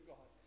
God